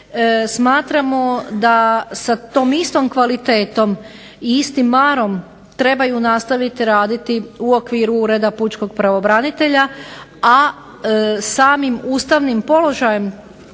smatramo da sa tom istom kvalitetom i istim marom trebaju nastaviti raditi u okviru reda Ureda pučkog pravobranitelja, a samim ustavnim položajem